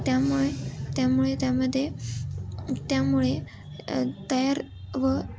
त्यामुळे त्यामुळे त्यामध्ये त्यामुळे तयार व